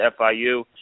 FIU